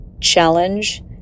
challenge